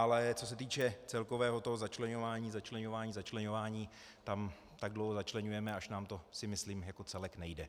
Ale co se týče celkového toho začleňování, začleňování, začleňování, tam tak dlouho začleňujeme, až nám to, si myslím, jako celek nejde.